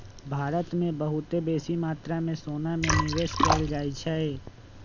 भारत में बहुते बेशी मत्रा में सोना में निवेश कएल जाइ छइ